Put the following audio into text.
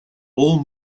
all